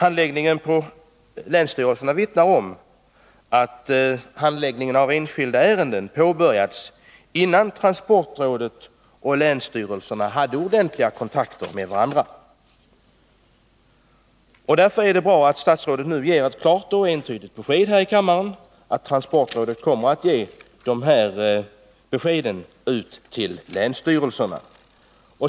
Från länsstyrelserna vittnar man om att handläggningen av enskilda ärenden påbörjades innan transportrådet och länsstyrelserna hade ordentliga kontakter med varandra. Därför är det bra att statsrådet nu ger klart och entydigt besked här i kammaren om att transportrådet kommer att ge de här beskeden till länsstyrelserna.